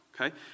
Okay